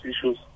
issues